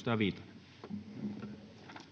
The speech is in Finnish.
[Speech